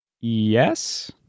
Yes